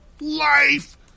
Life